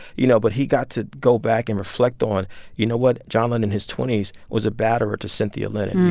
you know, but he got to go back and reflect on you know what? john lennon, in his twenty s, was a batterer to cynthia lennon.